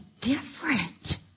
different